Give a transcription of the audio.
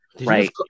right